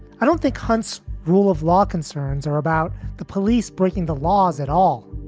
i don't think hunt's rule of law. concerns are about the police breaking the laws at all.